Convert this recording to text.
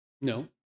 No